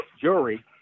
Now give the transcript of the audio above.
jury